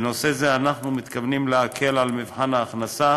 בנושא זה אנחנו מתכוונים להקל את מבחן ההכנסה,